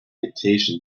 dictation